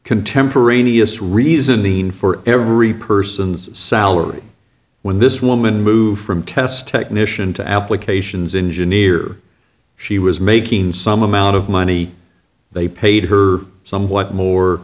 contemporaneous reasoning for every person's salary when this woman moved from test technician to applications engineer she was making some amount of money they paid her somewhat more